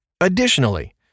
Additionally